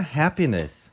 happiness